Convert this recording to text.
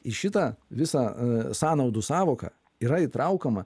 į šitą visą sąnaudų sąvoką yra įtraukiama